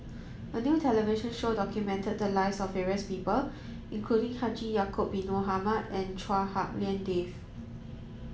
a new television show documented the lives of various people including Haji Ya'acob bin Mohamed and Chua Hak Lien Dave